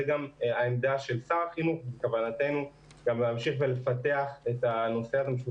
זו גם העמדה של שר החינוך ובכוונתנו להמשיך ולפתח את הנושא הזה.